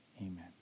amen